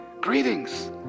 greetings